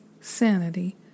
sanity